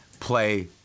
play